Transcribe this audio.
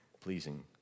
pleasing